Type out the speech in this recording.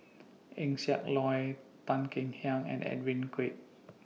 Eng Siak Loy Tan Kek Hiang and Edwin Koek